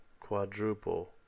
quadruple